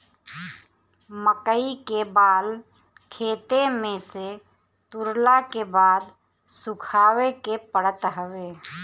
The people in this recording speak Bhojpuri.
मकई के बाल खेते में से तुरला के बाद सुखावे के पड़त हवे